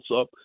up